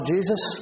Jesus